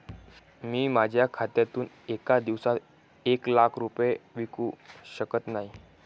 मी माझ्या खात्यातून एका दिवसात एक लाख रुपये विकू शकत नाही